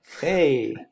Hey